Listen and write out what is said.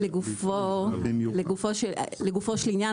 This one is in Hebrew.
לגופו של עניין,